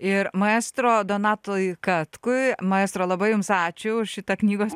ir maestro donatui katkui maestro labai jums ačiū už šitą knygos